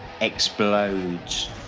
explodes